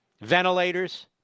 ventilators